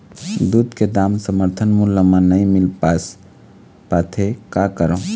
दूध के दाम समर्थन मूल्य म नई मील पास पाथे, का करों?